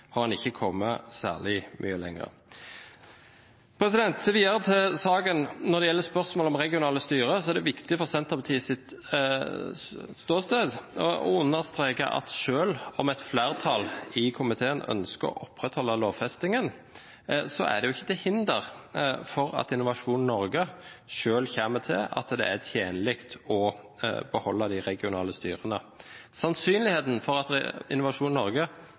har en ikke kommet særlig mye lenger. Videre til saken: Når det gjelder spørsmålet om regionale styrer, er det fra Senterpartiets ståsted viktig å understreke at selv om et flertall i komiteen ønsker å opprettholde lovfestingen, er ikke det til hinder for at Innovasjon Norge selv kommer til at det er tjenlig å beholde de regionale styrene. Sannsynligheten for at Innovasjon Norge